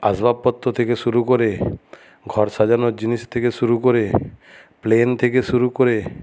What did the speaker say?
আসবাবপত্র থেকে শুরু করে ঘর সাজানোর জিনিস থেকে শুরু করে প্লেন থেকে শুরু করে